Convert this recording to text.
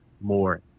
more